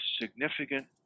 significant